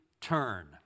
turn